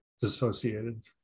dissociated